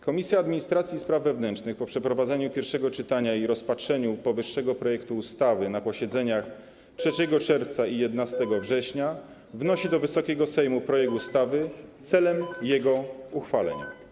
Komisja Administracji i Spraw Wewnętrznych po przeprowadzeniu pierwszego czytania i rozpatrzeniu powyższego projektu ustawy na posiedzeniach 3 czerwca i 11 września wnosi do Wysokiego Sejmu projekt ustawy celem jego uchwalenia.